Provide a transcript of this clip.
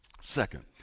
Second